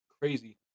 crazy